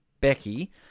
Becky